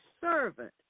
Servant